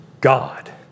God